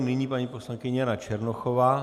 Nyní paní poslankyně Jana Černochová.